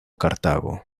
cartago